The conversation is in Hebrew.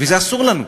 וזה אסור לנו.